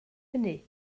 hynny